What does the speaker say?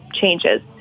changes